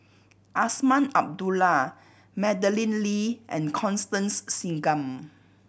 Azman Abdullah Madeleine Lee and Constance Singam